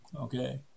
Okay